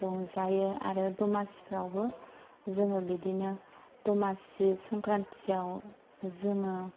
रंजायो आरो दमासिफ्रावबो जोङो बिदिनो दमासि संक्रान्थियाव जोङो